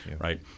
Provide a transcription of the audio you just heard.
right